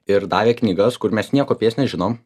ir davė knygas kur mes nieko apie jas nežinom